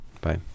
Bye